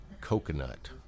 coconut